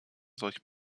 solch